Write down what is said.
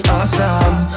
awesome